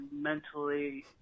mentally